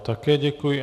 Také děkuji.